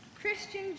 Christian